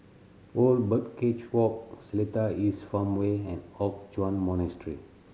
Old Birdcage Walk Seletar East Farmway and Hock Chuan Monastery